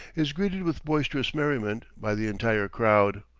is greeted with boisterous merriment, by the entire crowd.